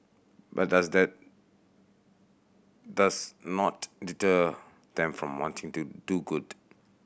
but does that does not deter them from wanting to do good